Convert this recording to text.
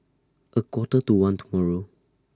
A Quarter to one tomorrow